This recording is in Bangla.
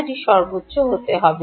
এটি সর্বোচ্চ হতে হবে